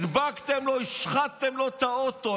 הדבקתם לו, השחתם לו את האוטו.